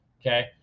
okay